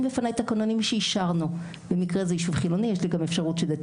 במתן הזכויות בקרקע כדי שלא תהיה אפליה.